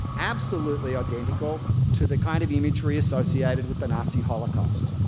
absolutely identical to the kind of imagery associated with the nazi holocaust.